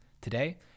Today